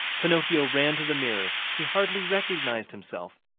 pinocchio ran to the mirror. he hardly recognized himself.